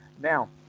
Now